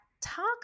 talk